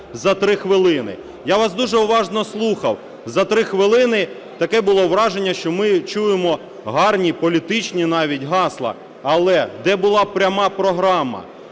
за 3 хвилини? Я вас дуже уважно слухав. За 3 хвилини таке було враження, що ми чуємо гарні політичні навіть гасла. Але де була пряма програма?